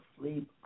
sleep